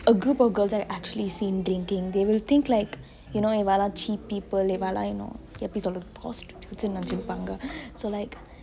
a group of girls are actually seen drinking they will think like you know இவாளா:ivaalaa cheap people இவாளா:ivaalaa you know எப்டி சொல்ரது:epdi solrathu prostitutes னு நெனச்சிட்டு இருப்பாங்க:nu nenaichittu irupangge so like